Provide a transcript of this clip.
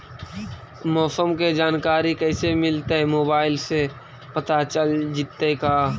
मौसम के जानकारी कैसे मिलतै मोबाईल से पता चल जितै का?